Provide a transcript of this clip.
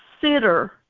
consider